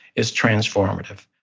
it's transformative.